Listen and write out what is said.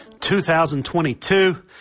2022